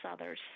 others